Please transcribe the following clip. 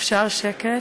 אפשר שקט?